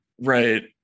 Right